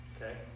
okay